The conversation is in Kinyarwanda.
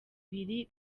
ibiri